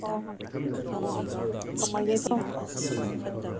ꯑꯣ ꯍꯣꯏ ꯑꯣ ꯑꯗꯨ ꯊꯝꯉꯒꯦꯀꯣ ꯌꯥꯝ ꯅꯨꯉꯥꯏꯔꯦ